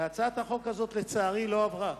והצעת החוק הזאת לצערי לא עברה,